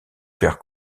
faire